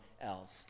else